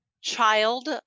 child